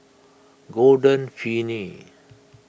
Golden Peony